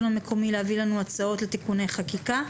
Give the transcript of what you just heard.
המקומי להביא לנו הצעות לתיקוני חקיקה.